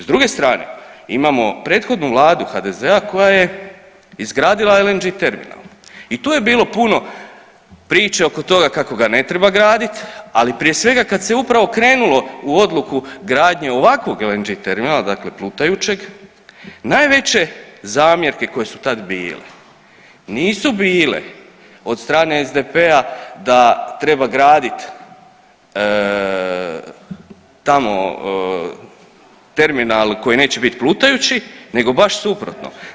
S druge strane imamo prethodnu vladu HDZ-a koja je izgradila LNG terminal i tu je bilo puno priče oko toga kako ga ne treba gradit, ali prije svega kad se upravo krenulo u odluku gradnje ovakvog LNG terminala, dakle plutajućeg najveće zamjerke koje su tad bile nisu bile od strane SDP-a da treba graditi tamo terminal koji neće biti plutajući nego baš suprotno.